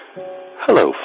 Hello